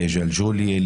לג'לג'וליה,